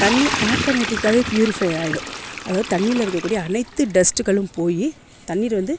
தண்ணி ஆட்டமேட்டிக்காவே ப்யூரிப்ஃபை ஆய்டும் அதாவது தண்ணியில் இருக்கக்கூடிய அனைத்து டஸ்ட்டுகளும் போய் தண்ணீர் வந்து